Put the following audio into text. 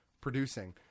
producing